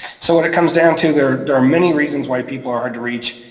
so what it comes down to, there there are many reasons why people are hard to reach,